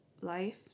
life